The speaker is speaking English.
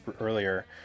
earlier